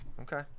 Okay